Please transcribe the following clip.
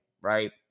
right